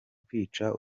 kwica